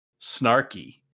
snarky